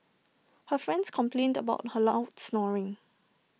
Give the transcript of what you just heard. her friends complained about her loud snoring